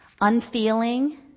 unfeeling